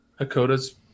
Hakoda's